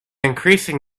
increasing